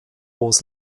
was